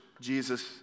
Jesus